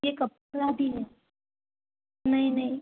यह है नहीं नहीं